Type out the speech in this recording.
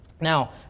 Now